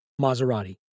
Maserati